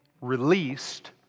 released